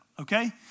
okay